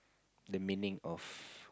the meaning of